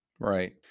Right